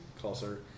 Closer